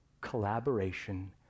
collaboration